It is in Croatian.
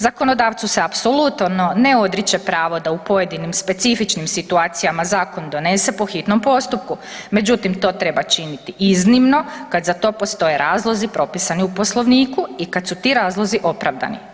Zakonodavcu se apsolutno ne odriče pravo da u pojedinim specifičnim situacijama zakon donese po hitnom postupku međutim to treba činiti iznimno kad za to postoje razlozi propisani u Poslovniku i kad su ti razlozi opravdani.